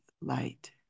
light